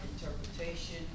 interpretation